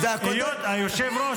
-- בסיוע לארגון טרור